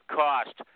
cost